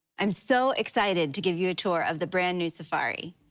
i'm so excited to give you a tour of the brand-new safari.